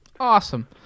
awesome